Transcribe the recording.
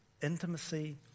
intimacy